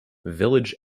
village